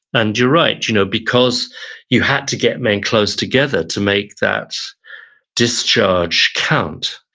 and you're right, you know because you had to get men close together to make that discharge count.